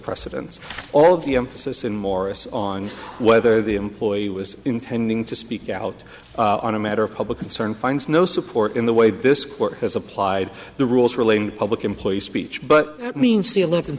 precedents all of the emphasis in morris on whether the employee was intending to speak out on a matter of public concern finds no support in the way this court has applied the rules relating public employee speech but that means the